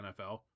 NFL